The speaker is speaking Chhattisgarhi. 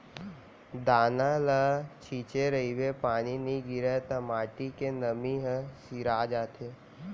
दाना ल छिंचे रहिबे पानी नइ गिरय त माटी के नमी ह सिरा जाथे